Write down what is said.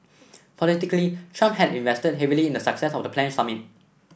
politically Trump had invested heavily in the success of the planned summit